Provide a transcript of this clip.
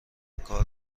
کار